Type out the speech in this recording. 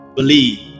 believe